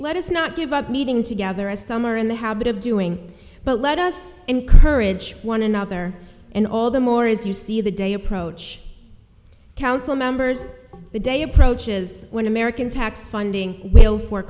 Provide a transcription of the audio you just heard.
let us not give up meeting together as some are in the habit of doing but let us encourage one another and all the more as you see the day approach council members the day approaches when american tax funding will for